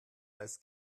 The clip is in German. als